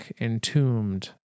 entombed